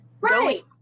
Right